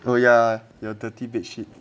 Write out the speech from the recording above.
oh ya your dirty bedsheet